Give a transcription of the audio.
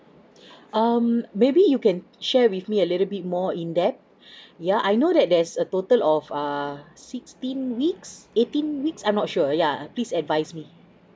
um maybe you can share with me a little bit more in depth yeah I know that there's a total of err sixteen weeks eighteen weeks I'm not sure yeah please advise me